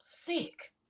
sick